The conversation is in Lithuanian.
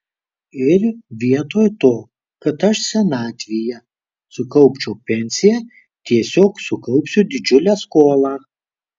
ir vietoj to kad aš senatvėje sukaupčiau pensiją tiesiog sukaupsiu didžiulę skolą